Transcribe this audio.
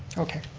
okay.